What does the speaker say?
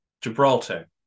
Gibraltar